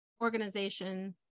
organization